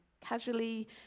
casually